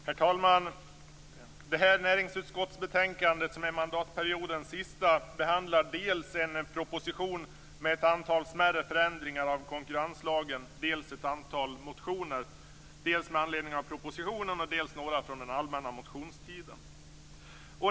Herr talman! Det här näringsutskottsbetänkandet, som är mandatperiodens sista, behandlar dels en proposition med ett antal smärre förändringar i konkurrenslagen, dels ett antal motioner som väckts dels med anledning av propositionen, dels under den allmänna motionstiden.